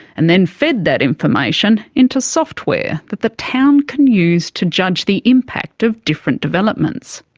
and then fed that information into software that the town can use to judge the impact of different developments.